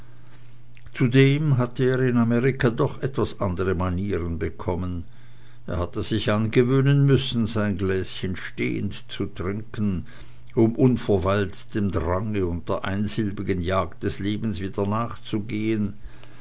zudem hatte er in amerika doch etwas andere manieren bekommen er hatte sich gewöhnen müssen sein gläschen stehend zu trinken um unverweilt dem drange und der einsilbigen jagd des lebens wieder nachzugehen